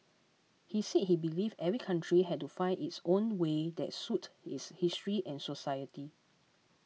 he said he believed every country had to find its own way that suited its history and society